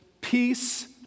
peace